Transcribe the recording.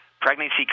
Pregnancy